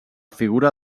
figura